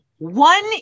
One